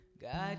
God